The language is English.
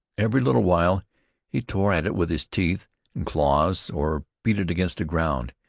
every little while he tore at it with his teeth and claws, or beat it against the ground.